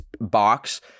box